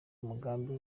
umugambi